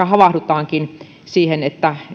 havahdutaankin siihen että